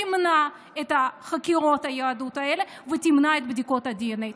תמנע את חקירות היהדות האלה ותמנע את בדיקות הדנ"א.